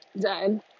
done